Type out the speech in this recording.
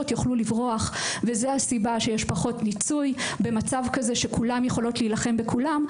יוכלו לברוח וזו הסיבה שיש פחות מיצוי במצב כזה שכולן יכולות להילחם בכולן.